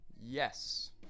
yes